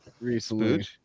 recently